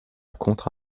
contre